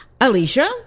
Alicia